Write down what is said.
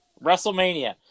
WrestleMania